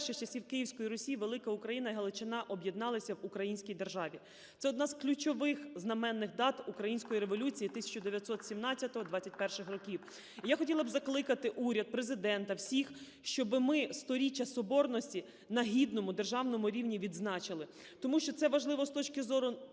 вперше з часів Київської Русі Велика Україна і Галичина об'єдналися в українській державі. Це одна з ключових знаменних дат української революції 1917-1921-х років. І я хотіла б закликати уряд, Президента, всіх, щоб ми 100-річчя Соборності на гідному державному рівні відзначили, тому що це важливо з точки зору пам'яті,